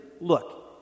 look